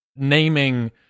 naming